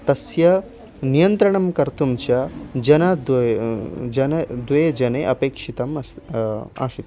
तस्य नियन्त्रणं कर्तुं च जनद्वयं जनौ द्वौ जनौ अपेक्षितौ आसीत्